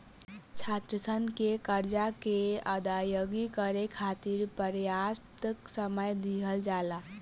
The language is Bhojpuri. छात्रसन के करजा के अदायगी करे खाति परयाप्त समय दिहल जाला